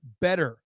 better